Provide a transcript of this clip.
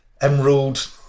emerald